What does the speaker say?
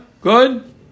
Good